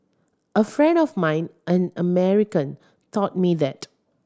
a friend of mine an American taught me that